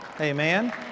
Amen